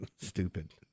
Stupid